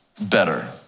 better